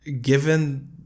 given